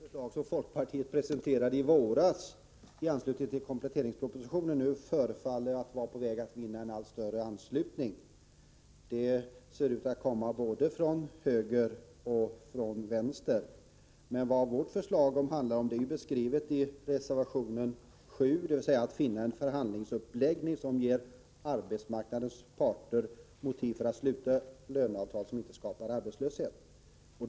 Herr talman! Jag vill uttrycka min glädje över att det förslag som folkpartiet presenterade i våras i anslutning till kompletteringspropositionen nu förefaller vara på väg att vinna allt större anslutning. Det ser ut att bli anslutning både från höger och från vänster. Men vad vårt förslag handlar om är ju beskrivet i reservationen 7 — dvs. det gäller att finna en förhandlingsuppläggning som ger arbetsmarknadens parter motiv för att sluta löneavtal som inte skapar arbetslöshet.